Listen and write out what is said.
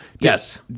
Yes